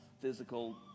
physical